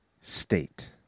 state